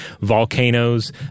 volcanoes